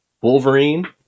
Wolverine